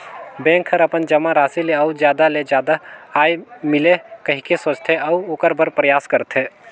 bank हर अपन जमा राशि ले अउ जादा ले जादा आय मिले कहिके सोचथे, अऊ ओखर बर परयास करथे